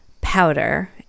powder